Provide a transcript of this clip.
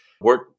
work